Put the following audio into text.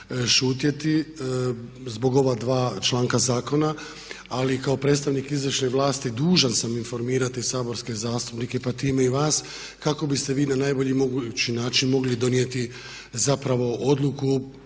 šutjeti zbog ova dva članka zakona, ali kao predstavnik izvršne vlasti dužan sam informirati saborske zastupnike pa time i vas kako biste vi najbolji mogući način mogli donijeti zapravo odluku,